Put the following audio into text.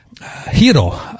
hero